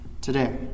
today